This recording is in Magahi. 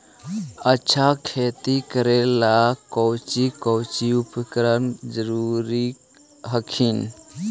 अच्छा खेतिया करे ला कौची कौची उपकरण जरूरी हखिन?